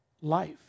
life